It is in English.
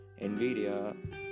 Nvidia